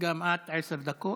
גם את, עשר דקות.